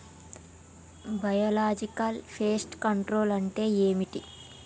Biological pest control అంటే ఏమిటి?